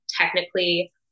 technically